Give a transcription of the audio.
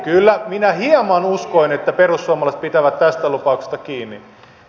kyllä minä hieman uskoin että perussuomalaiset pitävät tästä lupauksesta kiinni